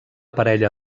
parella